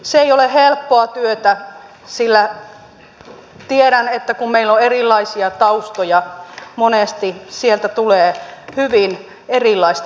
se ei ole helppoa työtä sillä tiedän että kun meillä on erilaisia taustoja monesti sieltä tulee hyvin erilaista palautetta vastaan